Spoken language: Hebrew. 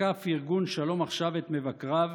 תקף ארגון שלום עכשיו את מבקריו